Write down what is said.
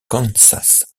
kansas